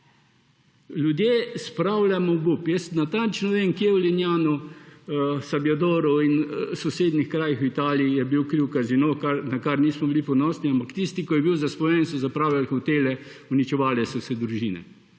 Ljudi spravljamo v obup. Jaz natančno vem, kje v Lignanu Sabbiadoru in sosednjih krajih v Italiji je bil kriv kazino, na kar nismo bili ponosni, ampak tisti, ki je bil zasvojen, je zapravljal hotele, uničevale so se družine.